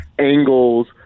angles